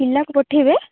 ପିଲାକୁ ପଠେଇବେ